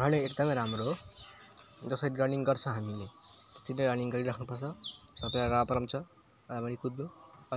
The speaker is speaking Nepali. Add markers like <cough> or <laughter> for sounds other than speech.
रनिङ एकदमै राम्रो हो जस्तै कि रनिङ गर्छ हामीले एक्चुली रनिङ गरिराख्नु पर्छ सबैलाई <unintelligible> राम्ररी कुद्नु